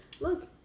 Look